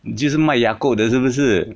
就是卖 yakult 的是不是